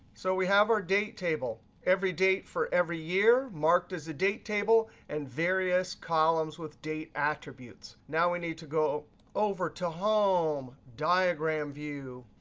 so we have our date table. every date for every year marked as a date table, and various columns with date attributes. now we need to go over to home, diagram view.